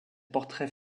portraits